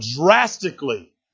drastically